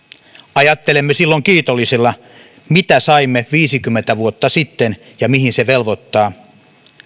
ajattelemme silloin kiitollisina mitä saimme viisikymmentä vuotta sitten ja mihin se velvoittaa